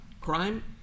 Crime